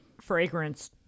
fragrance